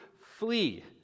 flee